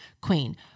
queen